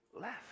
left